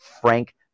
Frank